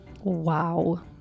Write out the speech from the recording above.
Wow